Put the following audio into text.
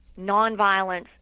nonviolence